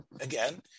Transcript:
again